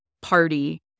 party